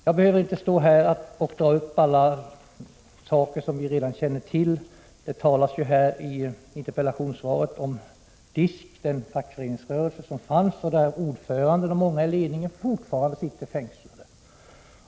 Jag behöver inte här upprepa saker som alla känner till. I interpellationssvaret talas det om DISK, den fackföreningsrörelse som fanns tidigare. Ordföranden och många i ledningen för DISK sitter fortfarande fängslade.